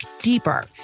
deeper